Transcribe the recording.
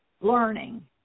learning